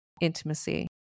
intimacy